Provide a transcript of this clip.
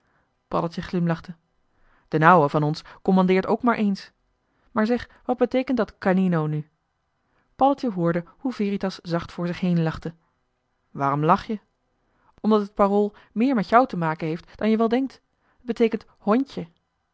d'n ouwe van ons commandeert ook maar ééns maar zeg wat beteekent dat c a n i n o nu paddeltje hoorde hoe veritas zacht voor zich heen lachte waarom lach je omdat het parool meer met jou te maken heeft dan je wel denkt t beteekent h